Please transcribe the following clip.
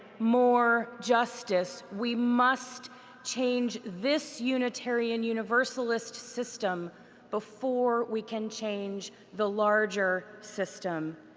more justice. we must change this unitarian universalist system before we can change the larger system.